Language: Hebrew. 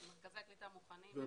מרכזי הקליטה מוכנים.